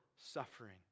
suffering